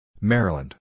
Maryland